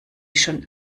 schon